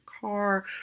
car